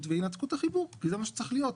וינתקו את החיבור כי זה מה שצריך להיות.